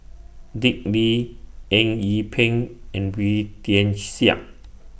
Dick Lee Eng Yee Peng and Wee Tian Siak